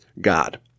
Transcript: God